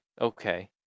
Okay